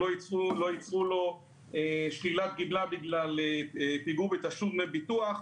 שלא יצרו לו שלילת גמלה בגלל פיגור בתשלום דמי ביטוח.